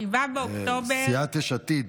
7 באוקטובר, סיעת יש עתיד,